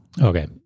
Okay